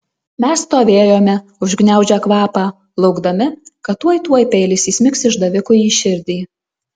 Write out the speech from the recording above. mes stovėjome užgniaužę kvapą laukdami kad tuoj tuoj peilis įsmigs išdavikui į širdį